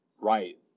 right